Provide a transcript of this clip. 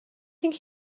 think